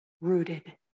rooted